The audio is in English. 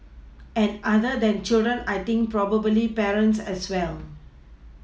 and other than children I think probably parents as well